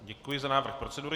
Děkuji za návrh procedury.